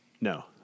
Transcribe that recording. No